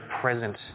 present